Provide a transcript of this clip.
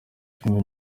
filime